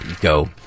go